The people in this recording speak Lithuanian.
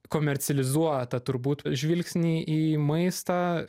komercializuotą turbūt žvilgsnį į maistą